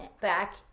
back